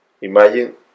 Imagine